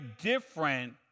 different